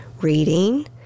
reading